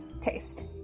taste